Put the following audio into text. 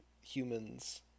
humans